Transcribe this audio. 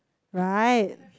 right